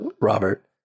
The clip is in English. Robert